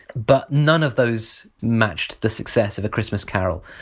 but none of those matched the success of a christmas carol.